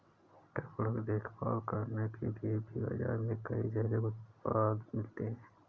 कपड़ों की देखभाल करने के लिए भी बाज़ार में कई जैविक उत्पाद मिलते हैं